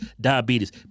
diabetes